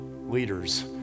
leaders